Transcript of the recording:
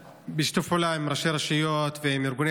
בשיתוף פעולה עם ראשי הרשויות ועם ארגוני